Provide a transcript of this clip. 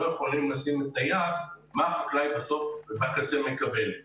יכולים לשים את היד מה החקלאי מקבל בקצה.